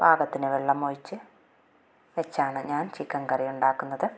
പാകത്തിന് വെള്ളമൊഴിച്ച് വെച്ചാണ് ഞാന് ചിക്കന് കറി ഉണ്ടാക്കുന്നത്